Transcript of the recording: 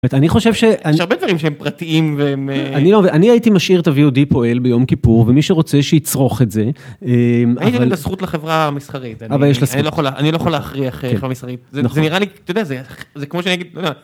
ואני חושב ש... יש הרבה דברים שהם פרטיים והם א ... אני הייתי משאיר את הווי.או.די פועל ביום כיפור, ומי שרוצה שייצרוך את זה. הייתי נותן את הזכות לחברה המסחרית. אבל יש לה זכות. אני לא יכול להכריח חברה מסחרית. זה נראה לי, אתה יודע, זה כמו שאני אגיד, אתה יודע